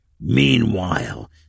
Meanwhile